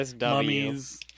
Mummies